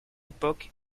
époque